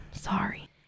sorry